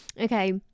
Okay